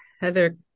Heather